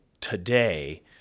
today